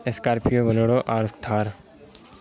Scorpio Bolero اور تھار